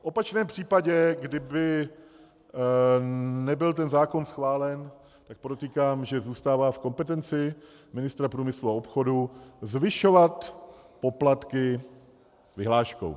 V opačném případě, kdyby nebyl ten zákon schválen, tak podotýkám, že zůstává v kompetenci ministra průmyslu a obchodu zvyšovat poplatky vyhláškou.